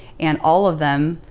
and all of them,